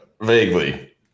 Vaguely